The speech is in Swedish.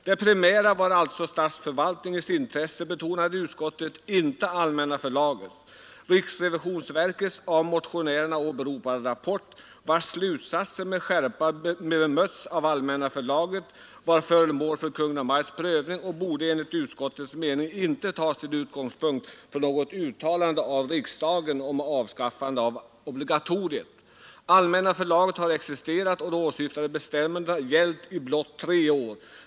Det primära var alltså statsförvaltningens intressen, betonade utskottet, inte Allmänna förlaget. Riksrevisionsverkets av motionärerna åberopade rapport — vars slutsatser med skärpa bemötts av Allmänna förlaget — var föremål för Kungl. Maj:ts prövning och borde enligt utskottets mening inte tas till utgångspunkt för något uttalande av riksdagen om avskaffande av obligatoriet. Allmänna förlaget hade existerat och de åsyftade bestämmelserna gällt blott cirka tre år.